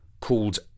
called